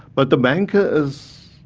but the banker is,